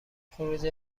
خروج